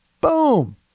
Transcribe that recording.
Boom